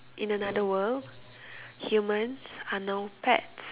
in another world humans are now pets